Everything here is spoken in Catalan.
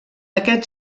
aquest